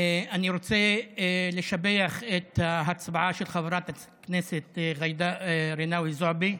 אני רוצה לשבח את ההצבעה של חברת הכנסת ג'ידא רינאוי זועבי.